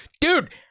dude